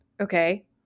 Okay